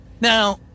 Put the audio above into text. Now